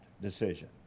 decision